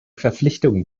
verpflichtungen